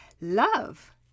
Love